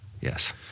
Yes